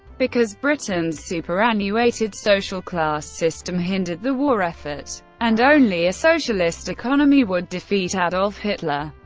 because britain's superannuated social class system hindered the war effort and only a socialist economy would defeat adolf hitler.